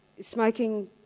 smoking